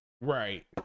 right